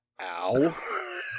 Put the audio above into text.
Ow